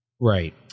Right